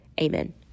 Amen